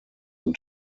und